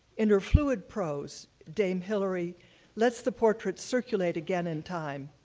in her fluid prose, dame hilary lets the portraits circulate again in time,